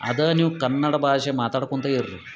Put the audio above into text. ಅದಾ ನೀವು ಕನ್ನಡ ಭಾಷೆ ಮಾತಾಡ್ಕೊಂತ ಇರ್ರಿ